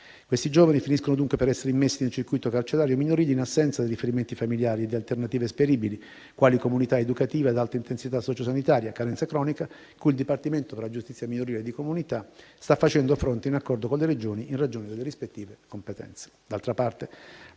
Questi giovani finiscono dunque per essere immessi nel circuito carcerario minorile in assenza dei riferimenti familiari e di alternative esperibili, quali comunità educative ad alta intensità sociosanitaria, carenza cronica cui il Dipartimento per la giustizia minorile e di comunità sta facendo fronte in accordo con le Regioni, in ragione delle rispettive competenze.